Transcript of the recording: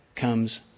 comes